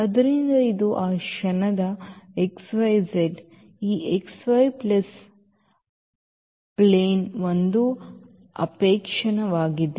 ಆದ್ದರಿಂದ ಇದು ಆ ಕ್ಷಣದ x y z ಈ xy ಪ್ಲೈನ್ಗೆ ಒಂದು ಪ್ರಕ್ಷೇಪಣವಾಗಿದೆ